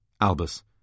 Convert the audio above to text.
Albus